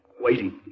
waiting